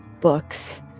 books